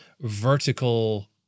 vertical